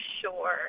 sure